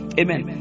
amen